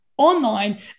Online